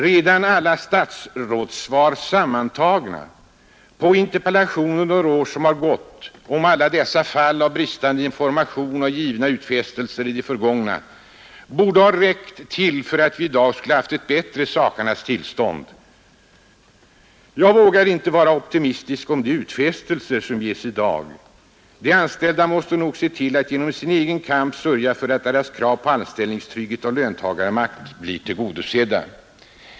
Redan alla statsrådssvar — sammantagna — på interpellationer under år som har gått om alla dessa fall av bristande information och givna utfästelser i det förgångna borde ha räckt till för att vi i dag skulle haft ett bättre sakernas tillstånd. Jag vågar inte vara optimistisk om de utfästelser som ges i dag. De anställda måste nog se till att genom sin egen kamp sörja för att deras krav på anställningstrygghet och löntagarmakt blir tillgodosedda.